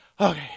Okay